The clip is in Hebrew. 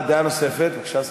אה, דעה נוספת, בבקשה.